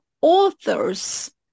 authors